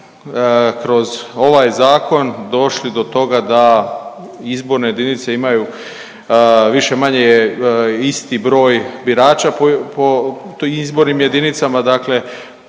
kroz ovaj zakon došli do toga da izborne jedinice imaju više-manje isti broj birača po izbornim jedinicama, dakle